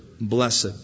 blessed